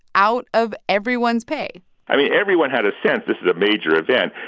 out of everyone's pay i mean, everyone had a sense this is a major event,